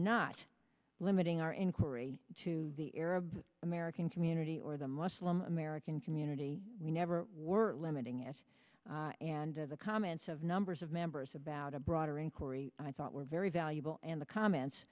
not limiting our inquiry to the arab american community or the muslim american community we never were limiting it and to the comments of numbers of members about a broader inquiry i thought were very valuable and the comments